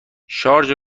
شارژ